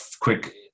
quick